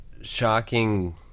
shocking